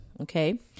Okay